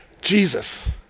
Jesus